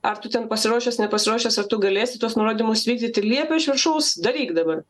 ar tu ten pasiruošęs nepasiruošęs ar tu galėsi tuos nurodymus vykdyti liepė iš viršaus daryk dabar